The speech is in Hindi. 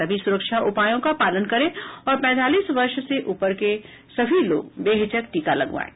सभी सुरक्षा उपायों का पालन करें और पैंतालीस वर्ष से ऊपर के सभी लोग बेहिचक टीका लगवाएं